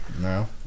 No